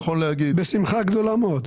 בשמחה גדולה מאוד.